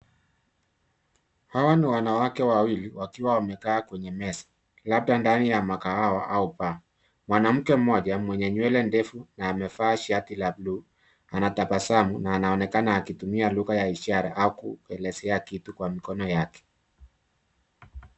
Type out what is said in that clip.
Hawa ni wanawake wawili wakiwa wamekaa kwenye meza, labda ndani ya makahawa au bar . Mwanamke mmoja mwenye nywele ndefu na amevaa shati la bluu anatabasamu na anaonekana akitumia lugha ya ishara au kuelezea kitu kwa mikono yake.